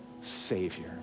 savior